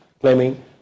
claiming